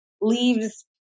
leaves